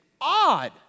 odd